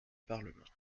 parlement